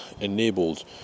enabled